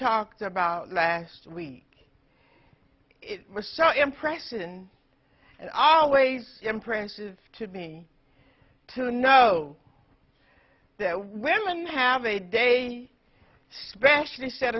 talked about last week it was so impressive and and always impresses to me to know that women have a day specially set